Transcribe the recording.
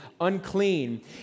unclean